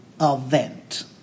event